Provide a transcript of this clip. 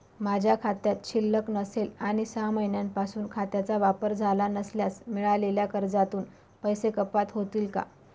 माझ्या खात्यात शिल्लक नसेल आणि सहा महिन्यांपासून खात्याचा वापर झाला नसल्यास मिळालेल्या कर्जातून पैसे कपात होतील का?